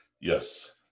Yes